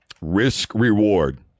Risk-reward